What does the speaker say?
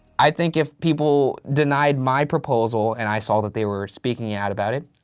i think if people denied my proposal and i saw that they were speaking out about it,